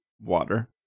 water